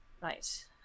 Right